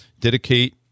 dedicate